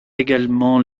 également